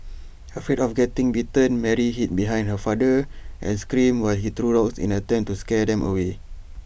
afraid of getting bitten Mary hid behind her father and screamed while he threw rocks in an attempt to scare them away